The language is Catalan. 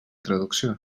traducció